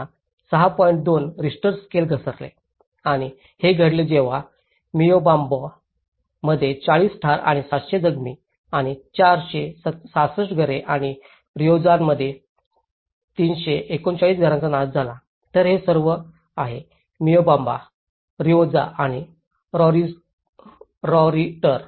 2 Richter scale घसरले आणि हे घडले जेव्हा मोयोबाम्बामध्ये 40 ठार आणि 700 जखमी आणि 466 घरे आणि रिओजामध्ये 339 घरांचा नाश झाला तर हे सर्व आहे मोयोबाम्बा रिओजा आणि सॉरिटर